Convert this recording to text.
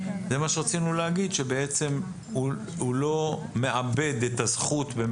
זה מה שרצינו להגיד, שבעצם הוא לא "מאבד את הזכות"